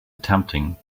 attempting